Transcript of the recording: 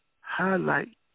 highlight